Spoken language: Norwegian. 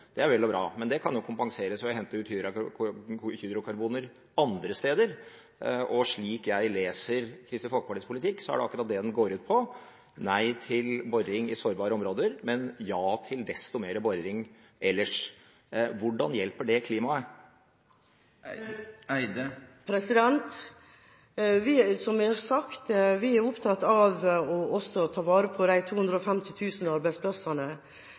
det er vel og bra – men det kan jo kompenseres ved å hente ut hydrokarboner andre steder. Slik jeg leser Kristelig Folkepartis politikk, er det akkurat det den går ut på: nei til boring i sårbare områder, men ja til desto mer boring ellers. Hvordan hjelper det klimaet? Som jeg har sagt, vi er opptatt av også å ta vare på de 250 000 arbeidsplassene